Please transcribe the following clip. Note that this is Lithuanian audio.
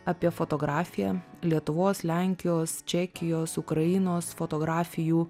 apie fotografiją lietuvos lenkijos čekijos ukrainos fotografijų